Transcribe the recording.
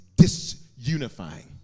disunifying